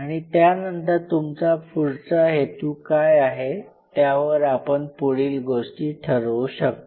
आणि त्यानंतर तुमचा पुढचा हेतू काय आहे त्यावर आपण पुढील गोष्टी ठरवू शकतो